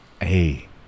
Hey